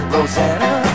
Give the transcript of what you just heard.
Rosanna